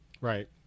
right